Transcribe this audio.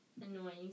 annoying